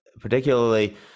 particularly